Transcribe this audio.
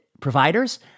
providers